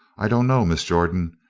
i dunno, miss jordan.